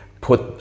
put